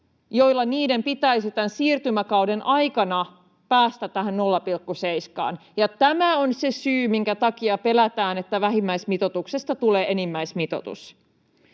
joilla niiden pitäisi tämän siirtymäkauden aikana päästä tähän 0,7:ään. Ja tämä on se syy, minkä takia pelätään, että vähimmäismitoituksesta tulee enimmäismitoitus.